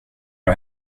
och